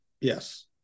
Yes